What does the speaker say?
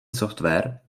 software